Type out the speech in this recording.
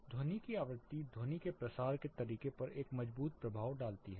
ध्वनि की आवृत्ति ध्वनि के प्रसार के तरीके पर एक मजबूत प्रभाव डालती है